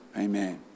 Amen